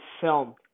film